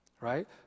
right